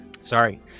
sorry